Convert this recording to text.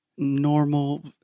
normal